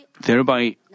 thereby